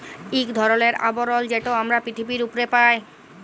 ইক ধরলের আবরল যেট আমরা পিথিবীর উপ্রে পাই